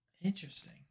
Interesting